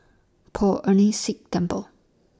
Poh Ern Shih Temple